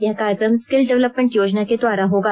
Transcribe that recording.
यह कार्यक्रम skill development योजना के द्वारा होगी